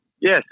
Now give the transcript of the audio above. Yes